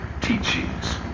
teachings